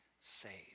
saved